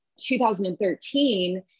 2013